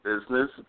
business